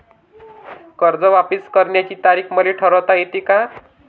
कर्ज वापिस करण्याची तारीख मले ठरवता येते का?